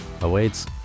awaits